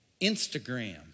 Instagram